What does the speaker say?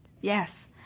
Yes